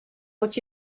what